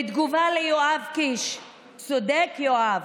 בתגובה ליואב קיש: צודק יואב.